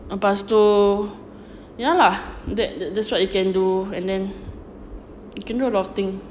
lepas tu ya lah that that's what you can do and then you can do a lot of things